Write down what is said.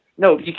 No